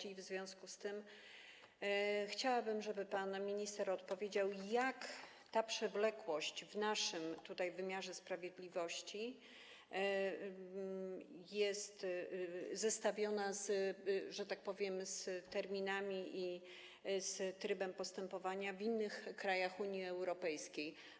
I w związku z tym chciałabym, żeby pan minister odpowiedział, jak ta przewlekłość w naszym wymiarze sprawiedliwości jest zestawiona, że tak powiem, z terminami i z trybem postępowania w innych krajach Unii Europejskiej.